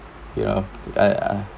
ya I ah